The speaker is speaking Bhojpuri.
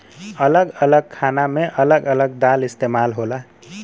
अलग अलग खाना मे अलग अलग दाल इस्तेमाल होला